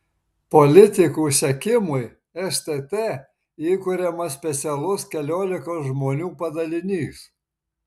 politikų sekimui stt įkuriamas specialus keliolikos žmonių padalinys